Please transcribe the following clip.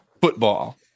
football